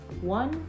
one